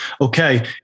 Okay